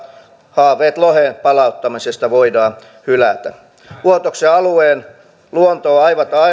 haaveet lohen palauttamisesta voidaan hylätä vuotoksen alueen luonto on